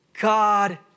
God